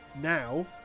now